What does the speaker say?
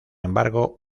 embargo